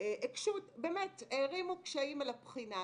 שהיקשו באמת הערימו קשיים על הבחינה.